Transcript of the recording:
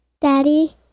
Daddy